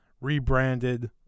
rebranded